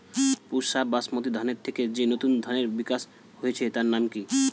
পুসা বাসমতি ধানের থেকে যে নতুন ধানের বিকাশ হয়েছে তার নাম কি?